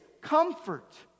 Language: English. comfort